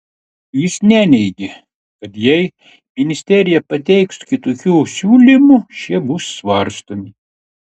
jis neneigė kad jei ministerija pateiks kitokių siūlymų šie bus svarstomi